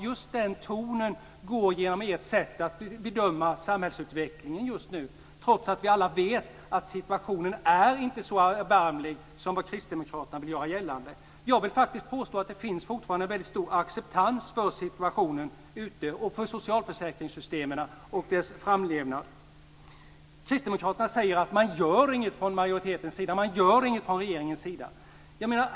Just den tonen går igenom i ert sätt att bedöma samhällsutvecklingen just nu, trots att vi alla vet att situationen inte är så erbarmlig som kristdemokraterna vill göra gällande. Jag vill faktiskt påstå att det fortfarande finns stor acceptans för situationen och för socialförsäkringssystemens framlevnad. Kristdemokraterna säger att majoriteten och regeringen ingenting gör.